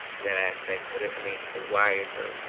that aspect, but, i mean, the wires are